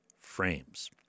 frames